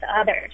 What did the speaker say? others